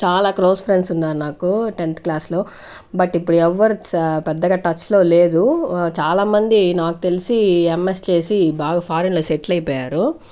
చాలా close friends ఉన్నారు నాకు టెన్త్ క్లాస్ లో బట్ ఇప్పుడు ఎవ్వరు పెద్దగా టచ్ లో లేదు చాలామంది నాకు తెలిసి ఎమ్ఎస్ చేసి బాగా ఫారన్ లో సెటిల్ అయిపోయారు